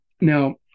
now